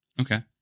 Okay